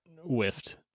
whiffed